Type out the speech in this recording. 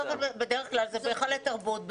בדרך כלל זה בהיכלי תרבות,